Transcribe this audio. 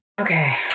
Okay